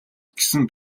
гэсэн